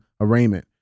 arraignment